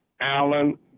Allen